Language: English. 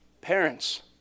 Parents